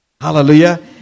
Hallelujah